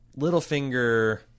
Littlefinger